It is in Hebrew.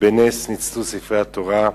ובנס ניצלו ספרי התורה.